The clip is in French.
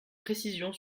précisions